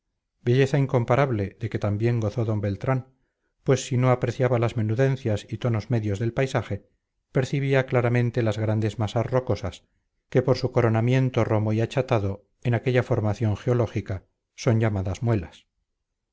belleza incomparable de que también gozó d beltrán pues si no apreciaba las menudencias y tonos medios del paisaje percibía claramente las grandes masas rocosas que por su coronamiento romo y achatado en aquella formación geológica son llamadas muelas